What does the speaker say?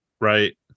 Right